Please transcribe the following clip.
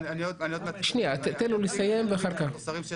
שנייה, תן לו לסיים ואחר כך.